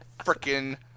freaking